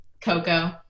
Coco